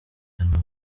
kanombe